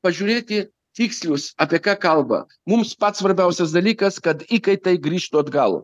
pažiūrėti tikslius apie ką kalba mums pats svarbiausias dalykas kad įkaitai grįžtų atgal